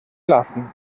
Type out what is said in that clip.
lassen